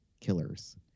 killers